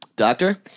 doctor